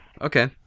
Okay